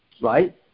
right